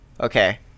Okay